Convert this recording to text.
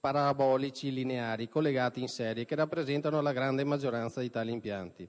parabolici lineari, collegati in serie, che rappresentano la grande maggioranza di tali impianti;